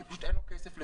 כי פשוט אין לו כסף לשלם.